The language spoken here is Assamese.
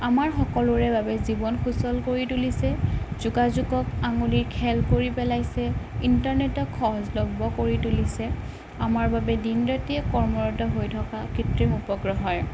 আমাৰ সকলোৰে বাবে জীৱন সুচল কৰি তুলিছে যোগাযোগক আঙুলিৰ খেল কৰি পেলাইছে ইণ্টাৰনেটক সহজলভ্য কৰি তুলিছে আমাৰ বাবে দিন ৰাতিয়ে কৰ্মৰত হৈ থকা কৃত্ৰিম উপগ্ৰহই